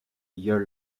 year